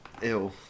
ill